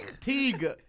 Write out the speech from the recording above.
Teague